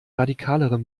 radikalere